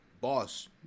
boss